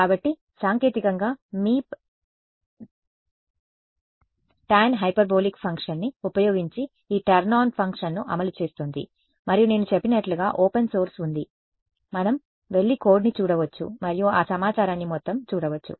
కాబట్టి సాంకేతికంగా మీప్ టాన్ హైపర్బోలిక్ ఫంక్షన్ని ఉపయోగించి ఈ టర్న్ ఆన్ ఫంక్షన్ను అమలు చేస్తోంది మరియు నేను చెప్పినట్లుగా ఓపెన్ సోర్స్ ఉంది మనం వెళ్లి కోడ్ని చూడవచ్చు మరియు ఆ సమాచారాన్ని మొత్తం చూడవచ్చు